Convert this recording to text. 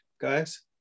guys